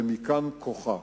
ומכאן כוחה.